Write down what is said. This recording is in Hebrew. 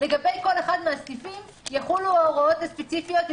לגבי כל אחד מהסניפים יחול ההוראות הספציפיות.